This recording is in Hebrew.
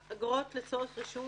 אבל קבלו את התנצלותי שניכם.